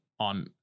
on